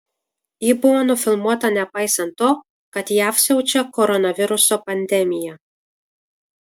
ji buvo nufilmuota nepaisant to kad jav siaučia koronaviruso pandemija